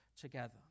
together